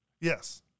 Yes